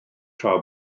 tra